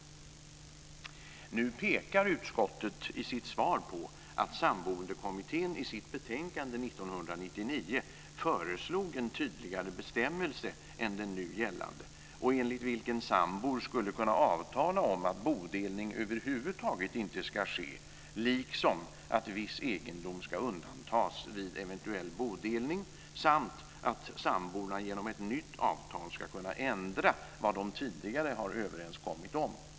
Nu pekar utskottet i sitt svar på att Samboendekommittén i sitt betänkande 1999 föreslog en tydligare bestämmelse än den nu gällande enligt vilken sambor skulle kunna avtala om att bodelning över huvud taget inte ska ske liksom att viss egendom ska undantas vid eventuell bodelning samt att samborna genom ett nytt avtal ska kunna ändra vad de tidigare har överenskommit om.